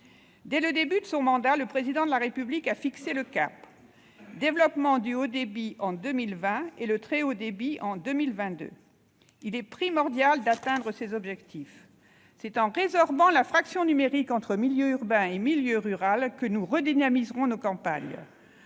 Dès le début de son mandat, le Président de la République a fixé le cap : développement du haut débit en 2020, puis du très haut débit en 2022. Il est primordial d'atteindre ces objectifs. En effet, c'est en résorbant la fracture numérique entre milieu urbain et milieu rural que nous redynamiserons nos campagnes.